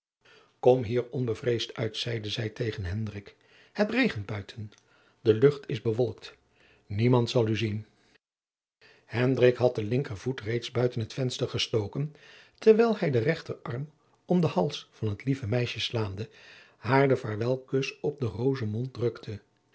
klim hier onbevreesd uit zeide zij tegen hendrik het regent buiten de lucht is bewolkt niemand zal u zien hendrik had de linker voet reeds buiten het venster gestoken terwijl hij den rechter arm om den hals van het lieve meisje slaande haar den vaarwelkus op den roozenmond drukte